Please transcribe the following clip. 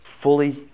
fully